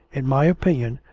in my opinion,